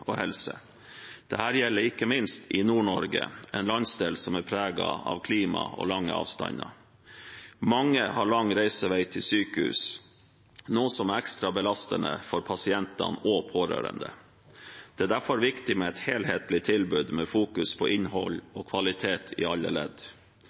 og helse. Dette gjelder ikke minst i Nord-Norge, en landsdel som er preget av klimaet og lange avstander. Mange har lang reisevei til sykehus, noe som er ekstra belastende for pasientene og pårørende. Det er derfor viktig med et helhetlig tilbud som fokuserer på innhold